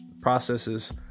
processes